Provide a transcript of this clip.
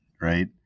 right